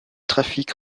trafic